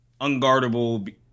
unguardable